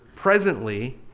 presently